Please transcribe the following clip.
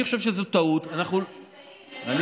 אני